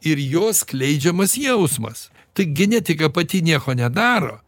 ir jo skleidžiamas jausmas tai genetika pati nieko nedaro